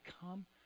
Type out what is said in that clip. come